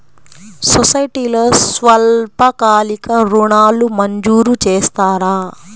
సొసైటీలో స్వల్పకాలిక ఋణాలు మంజూరు చేస్తారా?